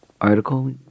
article